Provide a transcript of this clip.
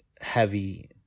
heavy